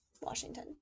Washington